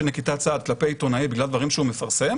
בצעד כלפי עיתונאי בגלל דברים שהוא מפרסם,